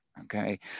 okay